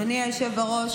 אדוני היושב-ראש,